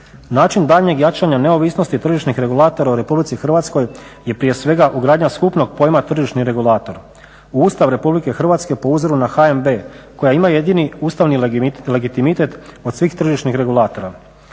Način daljnjeg jačanja neovisnosti tržišnih regulatora u Republici Hrvatskoj je prije svega ugradnja skupnog pojma tržišni regulator u Ustav Republike Hrvatske po uzoru na HNB koja ima jedini ustavni legitimitet od svih tržišnih regulatora.